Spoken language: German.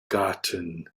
garten